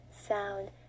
sound